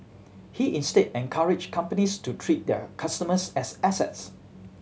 he instead encouraged companies to treat their customers as assets